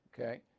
okay